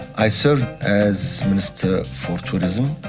i served as minister for tourism.